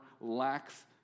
lacks